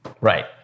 Right